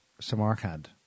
Samarkand